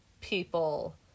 people